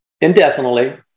indefinitely